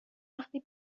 وقتی